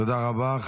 תודה רבה.